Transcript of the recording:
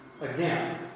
again